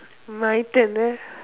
my turn ah